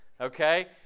Okay